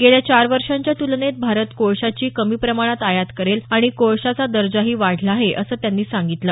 गेल्या चार वर्षांच्या तुलनेत भारत कोळशाची कमी प्रमाणात आयात करेल आणि कोळशाचा दर्जाही वाढला आहे असं त्यांनी सांगितलं